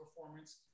performance